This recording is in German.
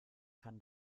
kann